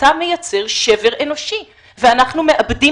אתה מייצר שבר אנושי; ואנחנו מאבדים